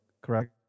correct